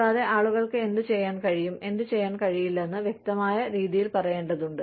കൂടാതെ ആളുകൾക്ക് എന്തുചെയ്യാൻ കഴിയും എന്തുചെയ്യാൻ കഴിയില്ലെന്ന് വ്യക്തമായ രീതിയിൽ പറയേണ്ടതുണ്ട്